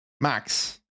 Max